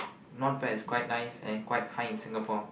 not bad is quite nice and quite high in Singapore